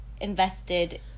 invested